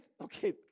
okay